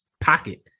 pocket